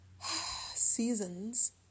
seasons